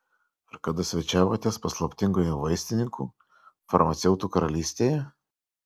ar kada svečiavotės paslaptingoje vaistininkų farmaceutų karalystėje